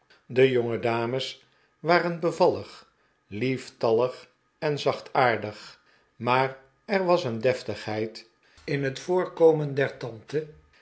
de jongedames waren bevallig lieftallig en zachtaardig maar er was een deftigheid in het voorkomen der tante